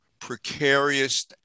precarious